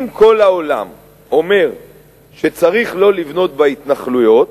אם כל העולם אומר שצריך לא לבנות בהתנחלויות,